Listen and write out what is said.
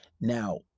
now